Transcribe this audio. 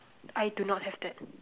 I do not have that